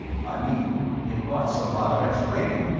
i mean, it wants a lot of explaining,